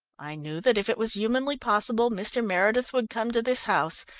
i knew that if it was humanly possible, mr. meredith would come to this house,